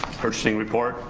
purchasing report,